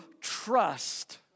trust